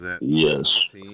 Yes